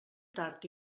tard